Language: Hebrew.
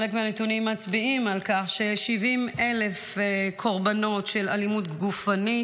חלק מהנתונים מצביעים על 70,000 קורבנות של אלימות גופנית,